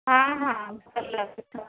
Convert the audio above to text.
ହଁ ହଁ ଭଲ ଅଛି